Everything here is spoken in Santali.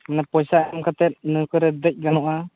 ᱯᱚᱭᱥᱟ ᱮᱢ ᱠᱟᱛᱮ ᱱᱟᱹᱣᱠᱟᱹ ᱨᱮ ᱫᱮᱡ ᱜᱟᱱᱚᱜᱼᱟ